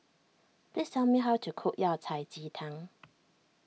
please tell me how to cook Yao Cai Ji Tang